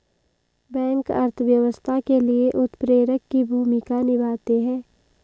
bank अर्थव्यवस्था के लिए उत्प्रेरक की भूमिका निभाते है